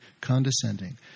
condescending